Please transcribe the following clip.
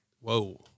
Whoa